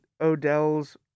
Odell's